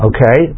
Okay